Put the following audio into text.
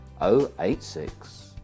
086